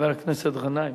חבר הכנסת גנאים,